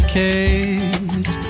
case